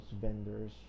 vendors